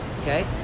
okay